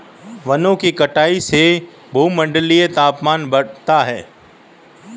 वनों की कटाई से भूमंडलीय तापन बढ़ा है